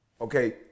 Okay